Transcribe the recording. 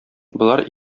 болар